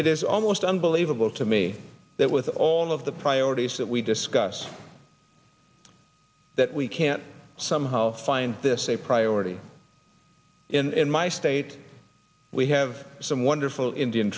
it is almost unbelievable to me that with all of the priorities that we discuss that we can somehow find this a priority in my state we have some wonderful indian